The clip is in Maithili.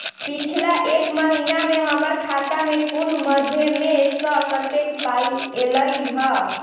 पिछला एक महीना मे हम्मर खाता मे कुन मध्यमे सऽ कत्तेक पाई ऐलई ह?